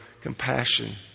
compassion